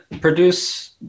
produce